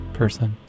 ...person